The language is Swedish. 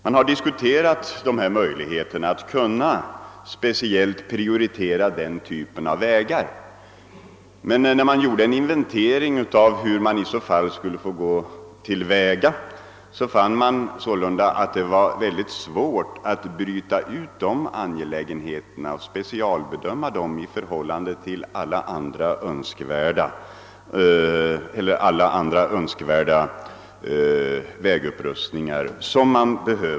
Man har diskuterat möjligheterna att speciellt prioritera den typen av vägar, men när man gjorde en inventering av hur man i så fall skulle gå till väga fann man, att det var mycket svårt att bryta ut och specialbedöma sådana vägar i förhållande till alla andra önskvärda vägupprustningar.